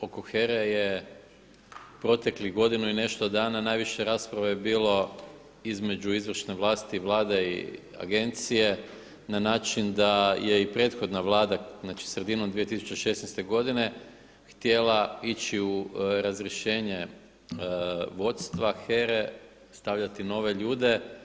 Oko HERA-e je u proteklih godinu i nešto dana najviše rasprava je bilo između izvršne vlasti, Vlade i agencije na način da je i prethodna Vlada, znači sredinom 2016. godine htjela ići u razrješenje vodstva HERA-e, stavljati nove ljude.